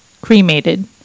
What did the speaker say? cremated